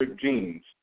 genes